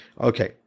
Okay